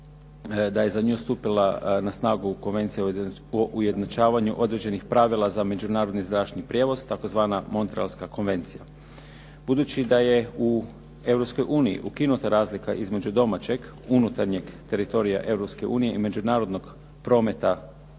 da je za nju stupila na snagu Konvencija o ujednačavanju određenih pravila za međunarodni zračni prijevoz, tzv. Montrealska konvencija. Budući da je u Europskoj uniji ukinuta razlika između domaćeg unutarnjeg teritorija Europske unije i međunarodnog prometa,